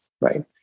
right